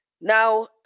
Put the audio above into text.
Now